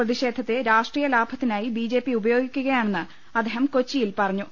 പ്രതിഷേധത്തെ രാഷ്ട്രീയ ലാഭത്തിനായി ബി ജെ പി ഉപയോഗിക്കുകയാണെന്ന് അദ്ദേഹം കൊച്ചിയിൽ പറഞ്ഞു